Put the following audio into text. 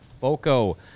FOCO